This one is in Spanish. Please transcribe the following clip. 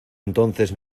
entonces